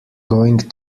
going